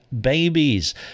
babies